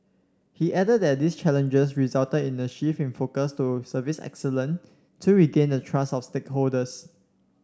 he added that these challenges resulted in a shift in focus to service excellence to regain the trust of stakeholders